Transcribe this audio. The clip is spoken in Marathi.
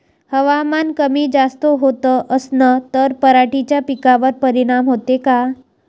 हवामान कमी जास्त होत असन त पराटीच्या पिकावर परिनाम होते का?